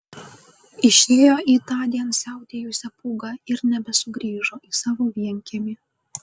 išėjo į tądien siautėjusią pūgą ir nebesugrįžo į savo vienkiemį